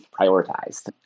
prioritized